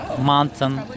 Mountain